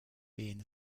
being